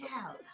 out